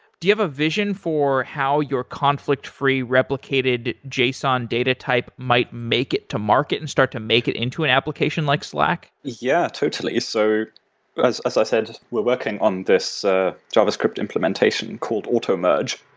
do you have a vision for how your conflict-free replication json data type might make it to market and start to make it into an application like slack? yeah, totally. so as as i said, we're working on this ah javascript implementation called automerge,